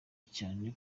cyane